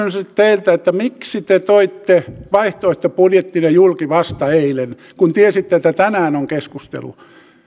teiltä miksi te toitte vaihtoehtobudjettinne julki vasta eilen kun tiesitte että tänään on